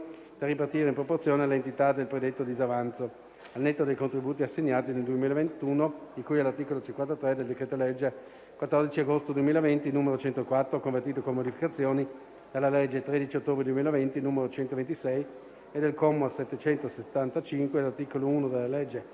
da ripartire in proporzione all'entità del predetto disavanzo, al netto dei contributi assegnati nel 2021 di cui all'articolo 53 del decreto-legge 14 agosto 2020, n. 104, convertito con modificazioni dalla legge 13 ottobre 2020, n. 126, e del comma 775 dell'articolo 1 della legge